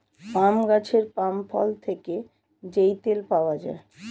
পাম গাছের পাম ফল থেকে যেই তেল পাওয়া যায়